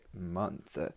Month